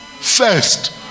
first